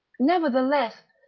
nevertheless,